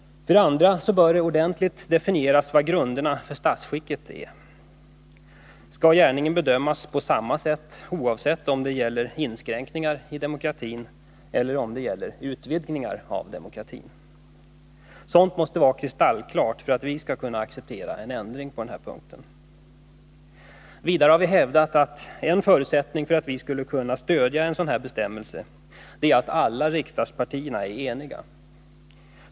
För det andra bör det ordentligt definieras vad grunderna för statsskicket 181 är. Skall gärningen bedömas på samma sätt, oavsett om den gäller inskränkningar i demokratin eller om den gäller utvidgningar i demokratin? Sådant måste vara kristallklart för att vi skall kunna acceptera en ändring på den punkten. Vidare har vi hävdat att en förutsättning för att vi skulle kunna stödja en sådan här bestämmelse är att alla riksdagspartierna är eniga.